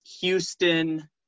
Houston